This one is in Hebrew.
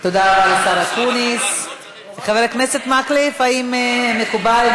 אני הייתי מציע לו לתאם אתי.